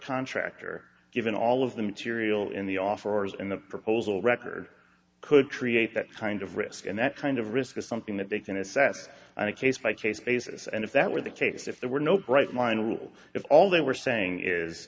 contractor given all of the material in the offerers in the proposal record could create that kind of risk and that kind of risk is something that they can assess on a case by case basis and if that were the case if there were no bright line rule if all they were saying is